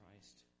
Christ